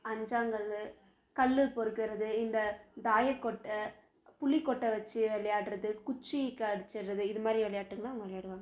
அஞ்சாங்கல் கல் பொறுக்கிறது இந்த தாயக்கட்டை புளிகொட்டை வச்சு விளையாடுவது குச்சி இது மாதிரி விளையாட்கெலாம் விளையாடுவாங்க